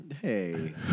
Hey